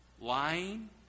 Lying